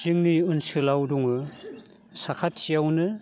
जोंनि ओनसोलाव दङ साखाथियावनो